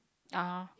(uh huh)